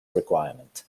requirement